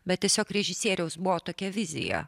bet tiesiog režisieriaus buvo tokia vizija